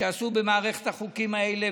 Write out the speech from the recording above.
שעשו במערכת החוקים האלה,